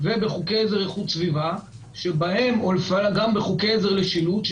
בחוקי עזר איכות סביבה וגם בחוקי עזר לשילוט.